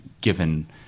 given